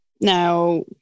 Now